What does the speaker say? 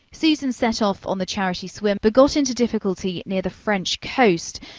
susan set off on the charity swim but got into difficulty near the french coast.